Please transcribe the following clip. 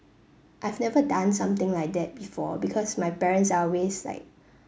I've never done something like that before because my parents are always like